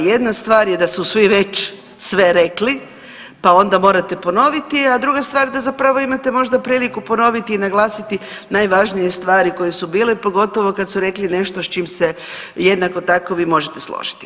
Jedna stvar je da su svi već sve rekli, pa onda morate ponoviti, a druga stvar da zapravo imate možda priliku ponoviti i naglasiti najvažnije stvari koje su bile, pogotovo kad su rekli nešto s čim se jednako tako vi možete složiti.